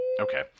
Okay